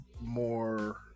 more